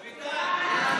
רויטל,